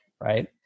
Right